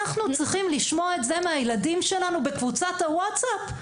אנחנו צריכים לשמוע את זה מהילדים שלנו בקבוצת הוואטסאפ?